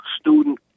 student